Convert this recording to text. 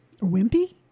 Wimpy